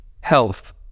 health